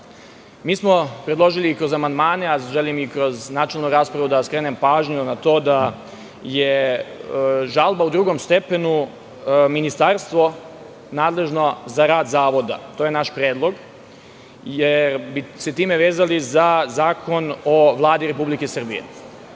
mi smo predložili kroz amandmane ali želim i kroz načelnu raspravu da vam skrenem pažnju na to da je žalba u drugom stepenu – Ministarstvo nadležno za rad zavoda. To je naš predlog, jer bi se time vezali za Zakon o Vladi Republike